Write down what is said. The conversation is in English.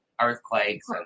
earthquakes